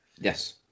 Yes